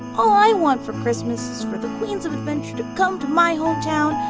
all i want for christmas is for the queens of adventure to come to my home town,